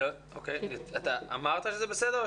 אתה אמרת שזה בסדר?